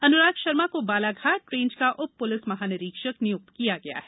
अनुराग शर्मा को बालाघाट रेन्ज का उप पुलिस महानिरीक्षक नियुक्त किया गया है